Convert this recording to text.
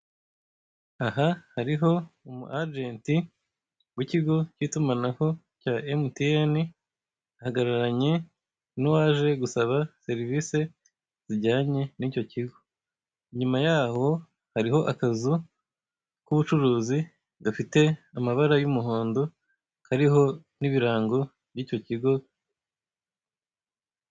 Aha hariho umu ajenti w'ikigo cy'itumanaho cya emutiyeni, ahagararanye n'uwaje gusaba serivise zijyanye n'icyo kigo. Inyuma yaho hariho akazu k'ubucuruzi gafite amabara y'umuhondo kariho n'ibirango by'icyo kigo.